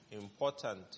important